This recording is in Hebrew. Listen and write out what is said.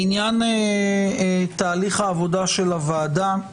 לעניין תהליך העבודה של הוועדה,